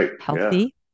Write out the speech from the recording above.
healthy